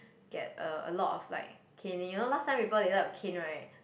get a a lot of like caning you know last time people they like to cane right